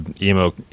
emo